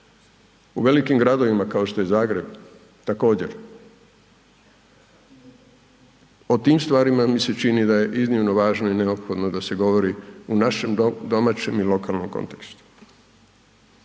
U velikim gradovima, kao što je Zagreb, također. O tim stvarima mi se čini da je iznimno važno i neophodno da se govori u našem, domaćem i lokalnom kontekstu.